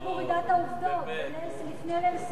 לפני ליל הסדר, בהיחבא, כמו גנבים בלילה.